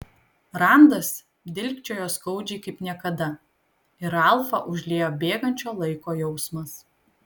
randas dilgčiojo skaudžiai kaip niekada ir ralfą užliejo bėgančio laiko jausmas